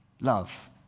love